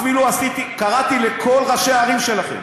אפילו קראתי לכל ראשי הערים שלכם,